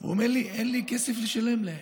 הוא אומר לי: אין לי כסף לשלם להם.